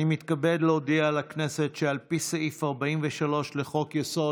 אני מתכבד להודיע לכנסת שעל פי סעיף 43 לחוק-יסוד: